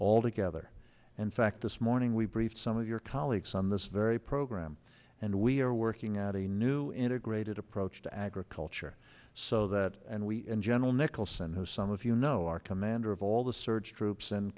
all together and fact this morning we briefed some of your colleagues on this very program and we are working at a new integrated approach to agriculture so that and we in general nicholson has some of you know our commander of all the surge troops in